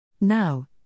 Now